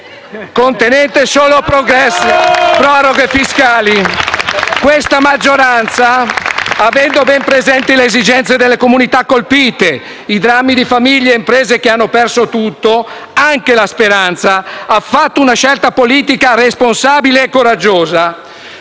*(Applausi dai Gruppi L-SP e M5S)*. Questa maggioranza, avendo ben presente le esigenze delle comunità colpite, i drammi di famiglie e imprese che hanno perso tutto, anche la speranza, ha fatto una scelta politica responsabile e coraggiosa.